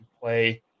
play